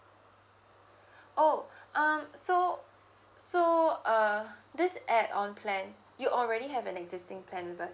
oh um so so uh this add-on plan you already have an existing plan with us